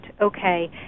okay